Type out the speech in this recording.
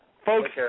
Folks